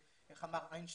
איך אמר איינשטיין?